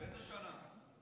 באיזו שנה?